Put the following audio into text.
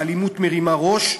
האלימות מרימה ראש,